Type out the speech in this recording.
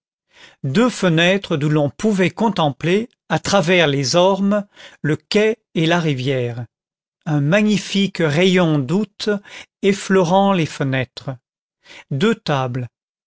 deux fenêtres d'où l'on pouvait contempler à travers les ormes le quai et la rivière un magnifique rayon d'août effleurant les fenêtres deux tables